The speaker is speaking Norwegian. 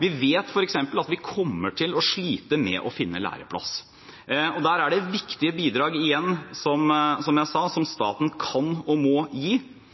Vi vet f.eks. at vi kommer til å slite med å finne læreplasser. I den forbindelse er det viktige bidrag – som jeg sa – som staten kan og må gi,